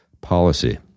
policy